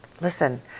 listen